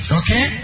okay